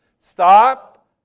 Stop